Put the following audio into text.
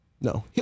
No